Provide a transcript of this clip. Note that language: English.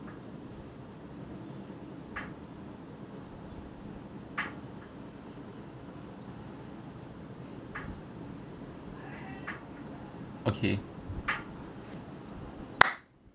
okay